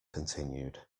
continued